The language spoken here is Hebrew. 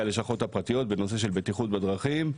הלשכות הפרטיות בנושא של בטיחות בדרכים.